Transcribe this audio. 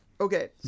Okay